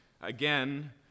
again